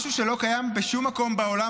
משהו שלא קיים בשום מקום בעולם,